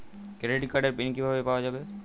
Credit কার্ডের PIN কিভাবে পাওয়া যাবে?